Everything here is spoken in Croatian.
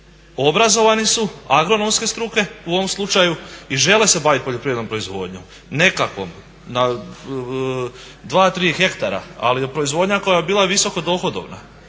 obrazovani su, agronomske struke u ovom slučaju i žele se baviti poljoprivrednom proizvodnjom, nekakvom na 2, 3 hektara ali proizvodnja koja bi bila visoko dohodovna?